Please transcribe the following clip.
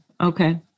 Okay